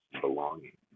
belonging